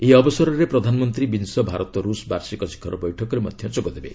ଏହି ଅବସରରେ ପ୍ରଧାନମନ୍ତ୍ରୀ ବିଂଶ ଭାରତ ରୁଷ ବାର୍ଷିକ ଶିଖର ବୈଠକରେ ମଧ୍ୟ ଯୋଗଦେବେ